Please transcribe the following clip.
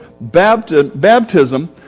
baptism